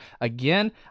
again